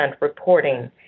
reporting